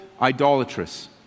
idolatrous